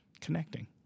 connecting